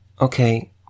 Okay